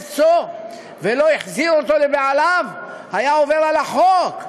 ולא החזיר אותו לבעליו היה עובר על החוק.